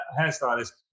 hairstylist